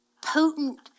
potent